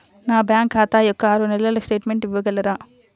నా బ్యాంకు ఖాతా యొక్క ఆరు నెలల స్టేట్మెంట్ ఇవ్వగలరా?